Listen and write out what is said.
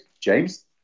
James